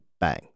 Bang